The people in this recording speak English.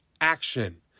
action